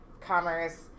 commerce